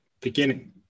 beginning